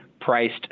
priced